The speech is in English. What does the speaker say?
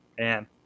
Man